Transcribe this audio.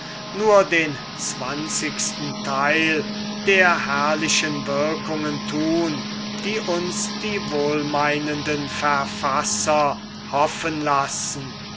nur den zehnten teil der herrlichen wirkungen tun die uns die wohlmeinenden verfasser hoffen lassen